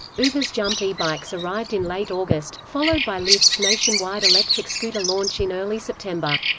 uber's jump e-bikes arrived in late august, followed by lyft's nationwide electric scooter launch in early september.